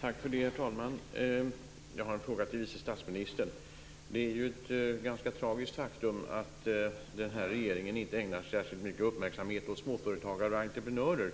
Herr talman! Jag har en fråga till vice statsministern. Det är ju ett ganska tragiskt faktum att den här regeringen inte ägnar särskilt mycket uppmärksamhet åt småföretagare och entreprenörer.